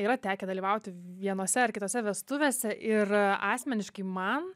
yra tekę dalyvauti vienose ar kitose vestuvėse ir asmeniškai man